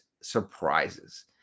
surprises